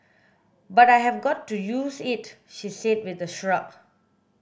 but I have got used to it she said with a shrug